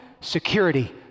security